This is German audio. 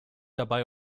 dabei